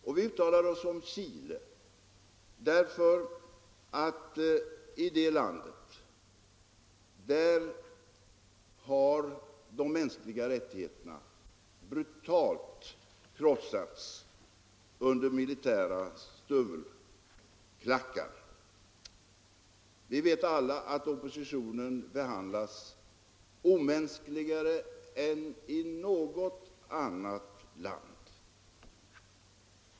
Och vi uttalade oss om Chile därför att de mänskliga rättigheterna i det landet brutalt har krossats under militära stövelklackar. Nr 23 Vi vet alla att oppositionen behandlas omänskligare där än i något annat Tisdagen den land.